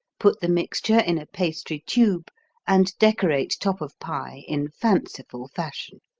put the mixture in a pastry tube and decorate top of pie in fanciful fashion.